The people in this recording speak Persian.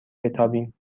بتابیم